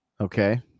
Okay